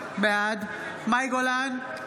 בעד מאי גולן,